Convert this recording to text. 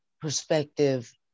perspective